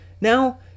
now